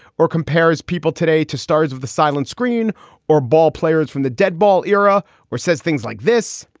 or compares people today to stars of the silent screen or ballplayers from the dead ball era or says things like this.